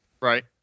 Right